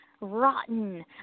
rotten